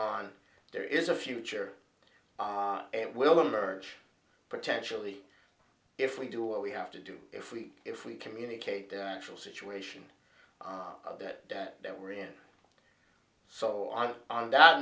on there is a future it will emerge potentially if we do what we have to do if we if we communicate the actual situation of that debt that we're in so on on that